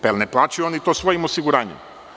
Jel ne plaćaju oni to svojim osi-guranjem?